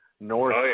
north